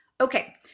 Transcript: Okay